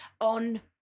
on